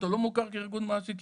אתה לא מוכר כארגון מעסיקים.